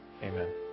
Amen